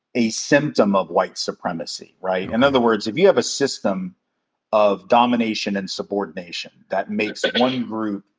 a symptom of white supremacy, right? in other words, if you have a system of domination and subordination, that makes one group,